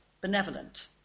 benevolent